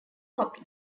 copy